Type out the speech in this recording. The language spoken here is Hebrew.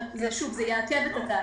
אבל זה יעכב את התהליך.